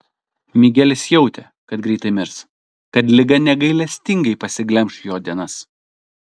migelis jautė kad greitai mirs kad liga negailestingai pasiglemš jo dienas